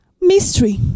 Mystery